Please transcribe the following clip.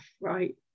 right